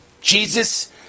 Jesus